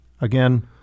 Again